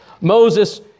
Moses